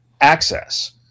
access